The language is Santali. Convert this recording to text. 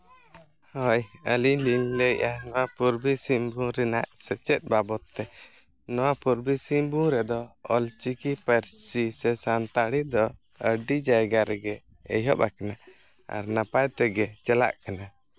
ᱦᱳᱭ ᱟᱹᱞᱤᱧ ᱞᱤᱧ ᱞᱟᱹᱭᱮᱜᱼᱟ ᱯᱩᱨᱵᱚ ᱥᱤᱝᱵᱷᱩᱢ ᱨᱮᱱᱟᱜ ᱥᱮᱪᱮᱫ ᱵᱟᱵᱚᱫ ᱛᱮ ᱱᱚᱣᱟ ᱯᱩᱨᱵᱚ ᱥᱤᱝᱵᱷᱩᱢ ᱨᱮᱫᱚ ᱚᱞᱪᱤᱠᱤ ᱯᱟᱹᱨᱥᱤ ᱥᱮ ᱥᱟᱱᱛᱟᱲᱤ ᱫᱚ ᱟᱹᱰᱤ ᱡᱟᱭᱜᱟ ᱨᱮᱜᱮ ᱮᱦᱚᱵ ᱟᱠᱟᱱᱟ ᱟᱨ ᱱᱟᱯᱟᱭ ᱛᱮᱜᱮ ᱪᱟᱞᱟᱜ ᱠᱟᱱᱟ